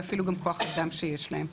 ואפילו את כוח האדם שיש להן.